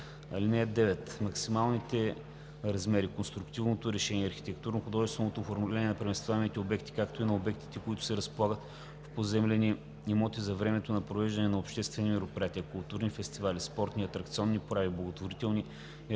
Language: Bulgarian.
9. (9) Максималните размери, конструктивното решение и архитектурно-художественото оформление на преместваемите обекти, както и на обектите, които се разполагат в поземлени имоти за времето на провеждане на обществени мероприятия – културни фестивали, спортни и атракционни прояви, благотворителни и рекламни